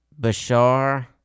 Bashar